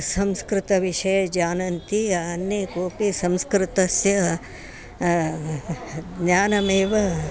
संस्कृतविषये जानन्ति अन्ये कोपि संस्कृतस्य ज्ञानमेव